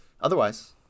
otherwise